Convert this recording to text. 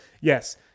yes